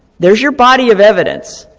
there's your body of evidence.